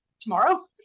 tomorrow